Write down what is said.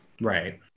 Right